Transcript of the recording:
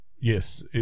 yes